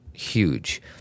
huge